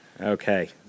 Okay